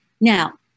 now